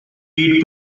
beet